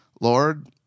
lord